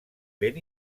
ben